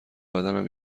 بدنم